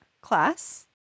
class